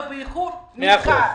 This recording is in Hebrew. ובאיחור ניכר.